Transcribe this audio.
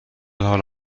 حال